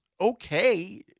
okay